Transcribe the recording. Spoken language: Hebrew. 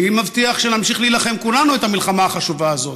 אני מבטיח שנמשיך להילחם כולנו את המלחמה החשובה הזו,